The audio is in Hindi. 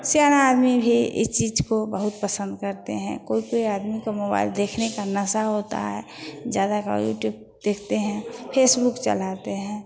सयान आदमी भी इस चीज़ को बहुत पसन्द करते हैं कोईकोई आदमी का मोबाइल देखने का नशा होता है ज़्यादा गा युट्यूब देखते हैं फेसबुक चलाते हैं